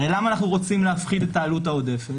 הרי למה אנחנו רוצים להפחית את העלות העודפת?